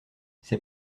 ses